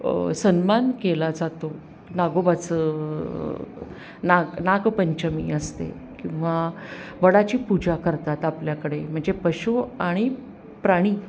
सन्मान केला जातो नागोबाचं नाग नागपंचमी असते किंवा वडाची पूजा करतात आपल्याकडे म्हणजे पशु आणि प्राणी